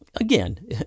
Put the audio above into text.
again